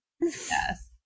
yes